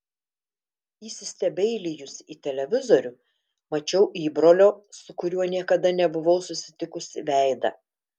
įsistebeilijusi į televizorių mačiau įbrolio su kuriuo niekada nebuvau susitikusi veidą